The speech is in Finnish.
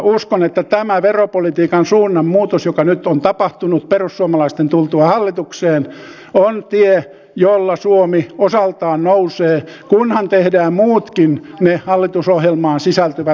uskon että tämä veropolitiikan suunnanmuutos joka nyt on tapahtunut perussuomalaisten tultua hallitukseen on tie jolla suomi osaltaan nousee kunhan tehdään muutkin hallitusohjelmaan sisältyvät tärkeät toimenpiteet